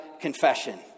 confession